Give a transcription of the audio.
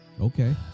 Okay